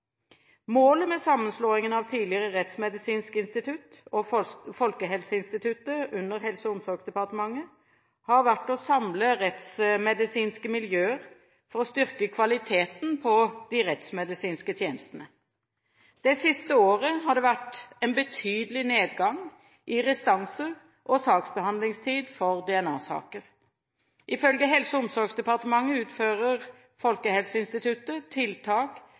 Målet med sammenslåingen av tidligere Rettsmedisinsk institutt og Folkehelseinstituttet under Helse- og omsorgsdepartementet har vært å samle rettsmedisinske miljøer for å styrke kvaliteten på de rettsmedisinske tjenestene. Det siste året har det vært en betydelig nedgang i restanser og saksbehandlingstid for DNA-saker. Ifølge Helse- og omsorgsdepartementet utfører Folkehelseinstituttet tiltak